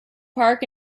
park